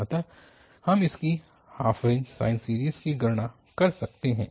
अतः हम इसकी हाफ रेंज साइन सीरीज़ की गणना कर सकते हैं